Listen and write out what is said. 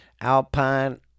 Alpine